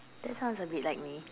that sounds a bit like me